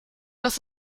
das